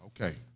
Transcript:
Okay